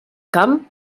camp